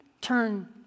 turn